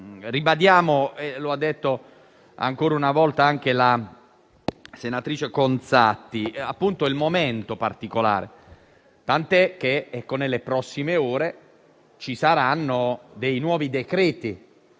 Ribadiamo - e lo ha detto ancora una volta anche la senatrice Conzatti - il momento particolare in atto, tant'è che nelle prossime ore saranno varati nuovi decreti